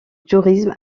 tourisme